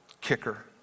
kicker